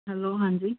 hello ਹਾਂਜੀ